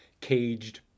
caged